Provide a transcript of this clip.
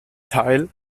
teil